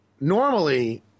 normally